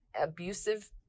abusive